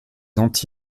anti